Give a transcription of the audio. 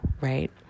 right